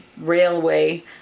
railway